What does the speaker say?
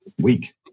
week